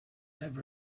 have